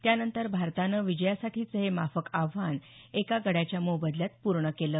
त्यानंतर भारतानं विजयासाठीचं हे माफक आव्हानं एका गड्याच्या मोबदल्यात पूर्ण केलं